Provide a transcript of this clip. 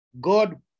God